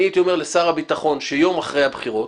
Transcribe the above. אני הייתי אומר לשר הביטחון שיום אחרי הבחירות,